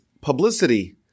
publicity